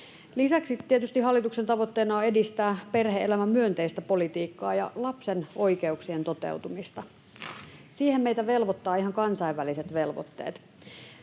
tietysti hallituksen tavoitteena on edistää perhe-elämämyönteistä politiikkaa ja lapsen oikeuksien toteutumista. Siihen meitä velvoittavat ihan kansainväliset velvoitteet.